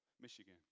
Michigan